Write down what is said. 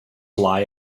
lie